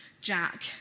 Jack